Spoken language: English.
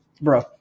bro